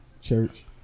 church